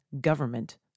government